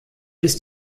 ist